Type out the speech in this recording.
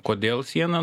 kodėl siena